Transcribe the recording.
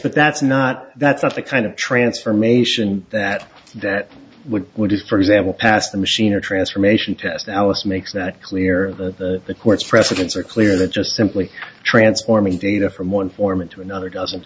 but that's not that's not the kind of transformation that that which is for example past the machine or transformation test alice makes that clear the court's precedents are clear that just simply transforming data from one form into another doesn't